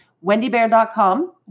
wendybear.com